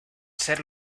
ser